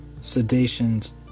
sedations